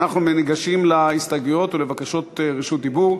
אנחנו ניגשים להסתייגויות ולבקשות רשות דיבור,